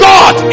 God